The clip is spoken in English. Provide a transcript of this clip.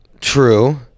true